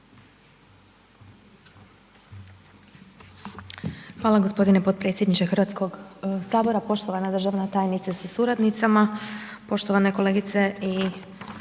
Hvala gospodine potpredsjedniče Hrvatskog sabora. Poštovana državna tajnice sa suradnicom, poštovane kolegice i